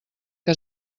que